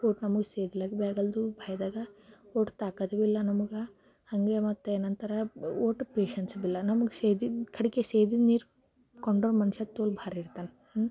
ಒಟ್ಟು ನಮ್ಗೆ ಸೇರ್ಲಕ್ಕ ಭೀ ಆಗಲ್ದು ಭಯದಾಗ ಒಟ್ಟು ತಾಕತ್ತು ಭೀ ಇಲ್ಲ ನಮಗೆ ಹಾಗೆ ಮತ್ತೆ ನನ್ನ ಥರ ಒಟ್ಟು ಪೇಷನ್ಸ್ ಭೀ ಇಲ್ಲ ನಮ್ಗೆ ಸೇದಿದ್ದ ಕಡೆಗೆ ಸೇದಿದ್ದು ನೀರು ಕೊಂಡ್ರೆ ಮನುಷ್ಯ ತೋಲ್ ಭಾರಿ ಇರ್ತಾನೆ